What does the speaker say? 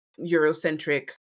Eurocentric